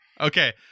Okay